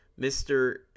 Mr